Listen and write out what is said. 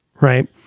right